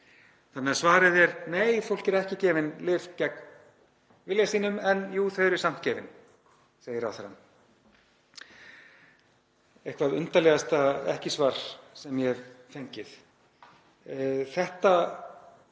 Þannig að svarið er: Nei, fólki eru ekki gefin lyf gegn vilja sínum en jú, þau eru samt gefin. Þetta segir ráðherrann. Eitthvert undarlegasta ekki-svar sem ég hef fengið. Þetta